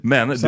Men